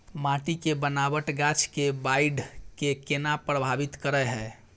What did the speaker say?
माटी के बनावट गाछ के बाइढ़ के केना प्रभावित करय हय?